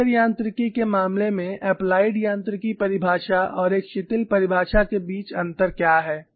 fracture यांत्रिकी के मामले में एप्लाइड यांत्रिकी परिभाषा और एक शिथिल परिभाषा के बीच अंतर क्या है